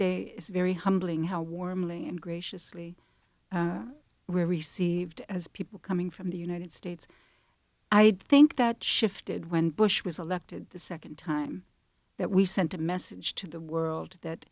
day it's very humbling how warmly and graciously we received as people coming from the united states i think that shifted when bush was elected the second time that we sent a message to the world that